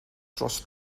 dros